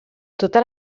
totes